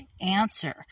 answer